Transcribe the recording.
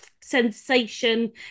sensation